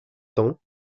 temps